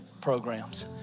programs